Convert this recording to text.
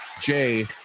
Jay